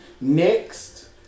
Next